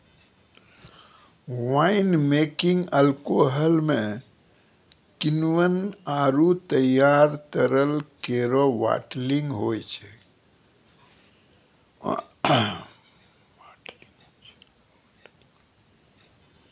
wine making alcohol म किण्वन आरु तैयार तरल केरो बाटलिंग होय छै